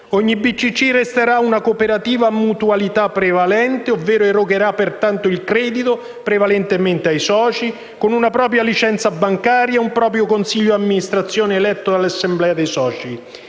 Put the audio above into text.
resterà una cooperativa a mutualità prevalente (ovvero erogherà il credito prevalentemente ai soci), con una propria licenza bancaria e un proprio consiglio di amministrazione eletto dall'assemblea dei soci.